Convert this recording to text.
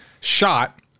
shot